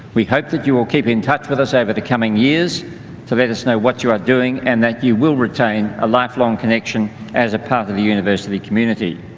we hope that you will keep in touch with us over the coming years to let us know what you are doing and that you will retain a lifelong connection as a part of the university community.